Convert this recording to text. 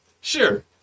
sure